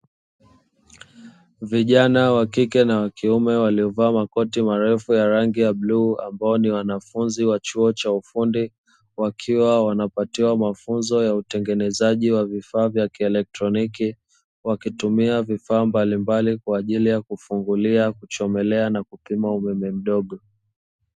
Vijana wa kike na wa kiume waliovaa makoti marefu ya bluu ambao ni wanafunzi wa chuo cha ufundi, wakiwa wanapatiwa mafunzo ya utengenezaji wa vifaa vya kielektroniki wakitumia vifaa mbalimbali kwa ajili ya kufungulia, kuchomelea na kupima umeme mdogo.